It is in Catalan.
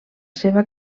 seva